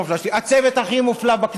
הצוות המופלא שלי.